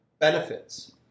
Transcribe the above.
benefits